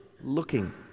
looking